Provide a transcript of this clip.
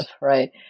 right